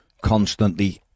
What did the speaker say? constantly